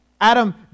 Adam